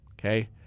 okay